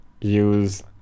use